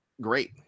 great